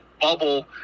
bubble